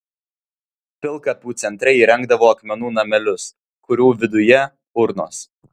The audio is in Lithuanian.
pilkapių centre įrengdavo akmenų namelius kurių viduje urnos